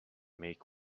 make